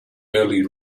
early